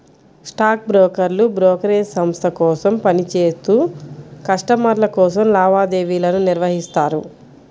stock బ్రోకర్లు brokerage సంస్థ కోసం పని చేత్తూ కస్టమర్ల కోసం లావాదేవీలను నిర్వహిత్తారు